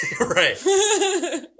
Right